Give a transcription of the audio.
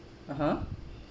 (uh huh)